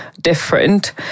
different